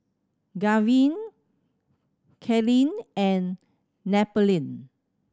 Gavyn Kylene and Napoleon